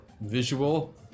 visual